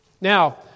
Now